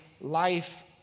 life